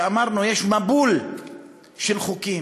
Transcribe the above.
ואמרנו: יש מבול של חוקים.